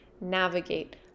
navigate